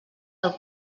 del